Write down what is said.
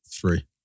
three